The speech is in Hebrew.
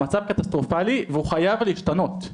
והוא חייב להשתנות.